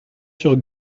sur